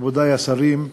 מכובדי השרים,